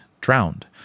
drowned